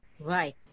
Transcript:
Right